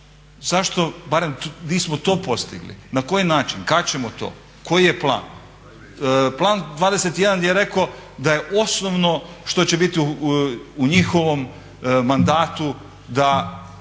zašto barem nismo to postigli? Na koji način, kad ćemo to, koji je plan? Plan 21 je rekao da je osnovno što će biti u njihovom mandatu da